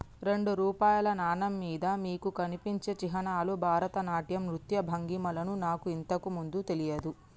రెండు రూపాయల నాణెం మీద మీకు కనిపించే చిహ్నాలు భరతనాట్యం నృత్య భంగిమలని నాకు ఇంతకు ముందు తెలియదు